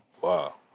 Wow